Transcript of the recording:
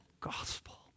gospel